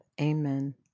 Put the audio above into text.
Amen